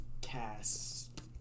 cast